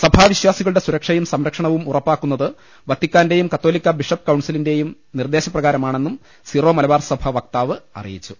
സഭാ വിശ്വാസികളുടെ സുര്ക്ഷയൂം സംരക്ഷണവും ഉറപ്പാ ക്കുന്നത് വത്തിക്കാന്റെയും കത്തോലിക്ക ബിഷപ്പ് കൌൺസിലി ന്റെയും നിർദേശപ്രകാരമാണെന്നുംസീറോ മലബാർസഭ വക്താവ് അറിയിച്ചു